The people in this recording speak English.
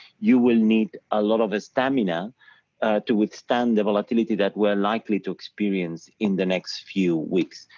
you will need a lot of a stamina to withstand the volatility that we're likely to experience in the next few weeks.